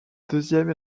deuxième